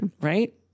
Right